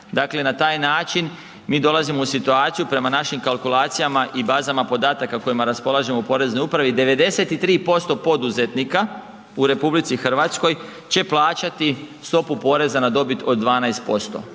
dakle na taj način mi dolazimo u situaciju prema našim kalkulacijama i bazama podataka kojima raspolažemo u Poreznoj upravi, 93% poduzetnika u RH će plaćati stopu poreza na dobit od 12%.